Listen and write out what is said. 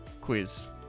quiz